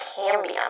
Cambium